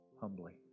humbly